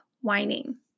whining